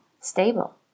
stable